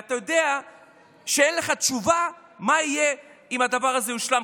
אתה יודע שאין לך תשובה מה יהיה אם הדבר הזה יושלם,